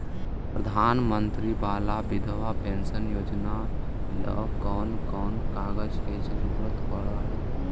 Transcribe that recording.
प्रधानमंत्री बाला बिधवा पेंसन योजना ल कोन कोन कागज के जरुरत पड़ है?